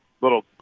little